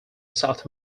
south